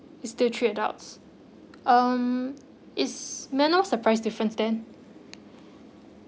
it's still three adults um is may I know what's the price difference then